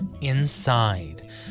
inside